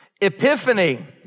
Epiphany